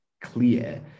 clear